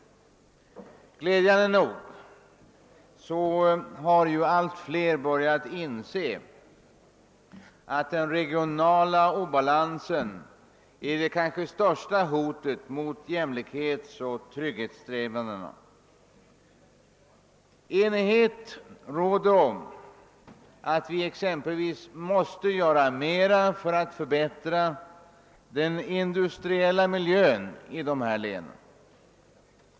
Glädjande nog har allt fler börjat inse att den regionala obalansen är det kanske största hotet mot jämlikhetsoch trygghetssträvandena. Enighet råder om att vi exempelvis måste göra mer för att förbättra den industriella miljön i de berörda länen.